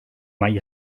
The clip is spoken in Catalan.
mai